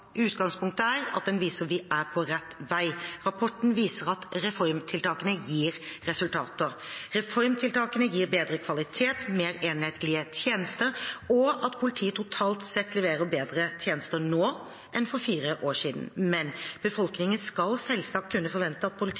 at vi er på rett vei. Rapporten viser at reformtiltakene gir resultater. Reformtiltakene gir bedre kvalitet, mer enhetlige tjenester og gjør at politiet totalt sett leverer bedre tjenester nå enn for fire år siden. Men befolkningen skal selvsagt kunne forvente at politiet